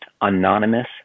anonymous